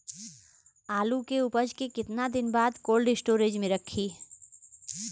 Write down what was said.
आलू के उपज के कितना दिन बाद कोल्ड स्टोरेज मे रखी?